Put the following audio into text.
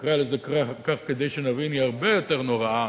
נקרא לזה כך, כדי שנבין, היא הרבה יותר נוראה,